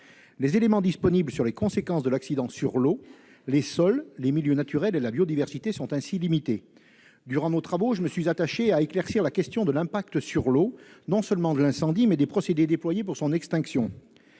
Les éléments disponibles relatifs aux conséquences de l'accident sur l'eau, les sols, les milieux naturels et la biodiversité sont ainsi limités. Durant nos travaux, je me suis attaché à éclaircir la question de l'effet sur l'eau non seulement de l'incendie, mais également des procédés déployés pour l'extinction